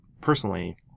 personally